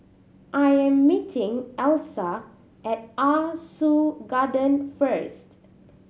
I'm meeting Elsa at Ah Soo Garden first